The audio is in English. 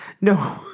No